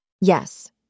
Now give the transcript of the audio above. Yes